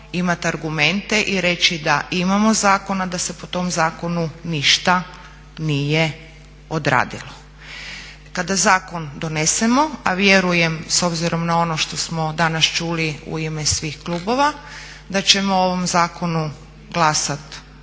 da se po tom zakonu ništa nije odradilo. Kada zakon donesemo, a vjerujem s obzirom na ono što smo danas čuli u ime svih klubova da ćemo o ovom zakonu glasat